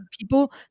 people